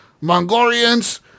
Mongolians